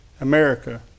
America